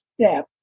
step